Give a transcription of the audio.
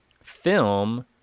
film